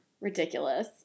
ridiculous